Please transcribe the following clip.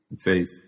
faith